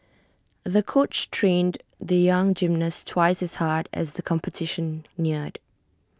the coach trained the young gymnast twice as hard as the competition neared